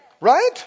Right